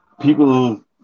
People